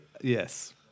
yes